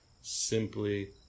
simply